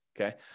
Okay